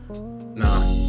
Nah